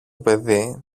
παιδί